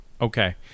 Okay